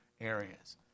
areas